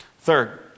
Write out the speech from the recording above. Third